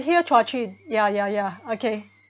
hear chua chin ya ya ya okay